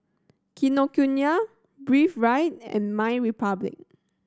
Kinokuniya Breathe Right and MyRepublic